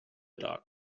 dark